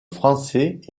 français